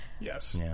Yes